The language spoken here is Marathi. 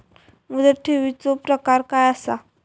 मुदत ठेवीचो प्रकार काय असा?